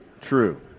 true